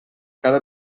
cada